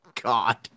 God